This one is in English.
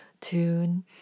tune